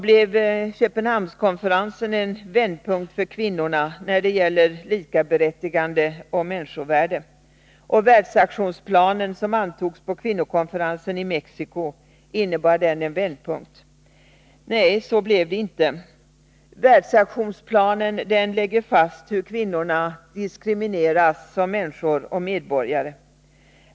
Blev Köpenhamnskonferensen en vändpunkt för kvinnorna när det gäller likaberättigande och människovärde? Och världsaktionsplanen som antogs på kvinnokonferensen i Mexico, innebar den en vändpunkt? Nej, så blev det inte. Världsaktionsplanen lägger fast hur kvinnorna diskrimineras som människor och medborgare.